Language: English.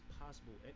possible